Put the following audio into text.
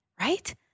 right